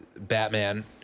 batman